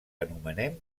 anomenem